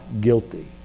guilty